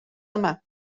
yma